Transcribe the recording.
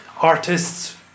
artists